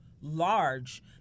large